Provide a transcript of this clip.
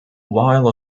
while